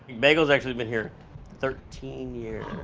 bagel's actually been here thirteen years.